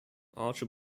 archer